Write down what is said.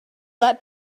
let